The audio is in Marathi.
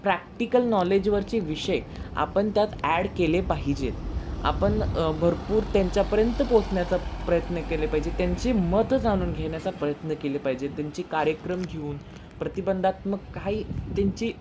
प्रॅक्टिकल नॉलेजवरचे विषय आपण त्यात ॲड केले पाहिजेत आपण भरपूर त्यांच्यापर्यंत पोचण्याचा प्रयत्न केले पाहिजे त्यांची मत जाणून घेण्याचा प्रयत्न केले पाहिजेत त्यांचे कार्यक्रम घेऊन प्रतिबंधात्मक काही त्यांची